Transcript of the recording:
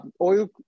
oil